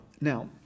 Now